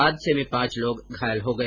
हादसे में पांच लोग घायल हो गए